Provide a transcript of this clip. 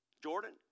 Jordan